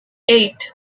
eight